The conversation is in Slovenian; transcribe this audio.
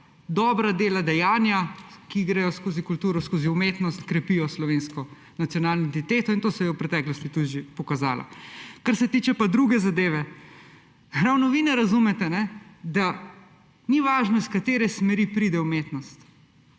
dobra dela, dejanja, ki gredo skozi kulturo, skozi umetnost, krepijo slovensko nacionalno identiteto. To se je v preteklosti tudi že pokazalo. Kar se tiče pa druge zadeve, ravno vi ne razumete, da ni važno, iz katere smeri pride umetnost,